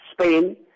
Spain